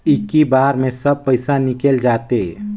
इक्की बार मे सब पइसा निकल जाते?